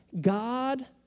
God